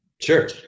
Sure